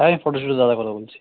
হ্যাঁ আমি ফটোশুটের দাদা কথা বলছি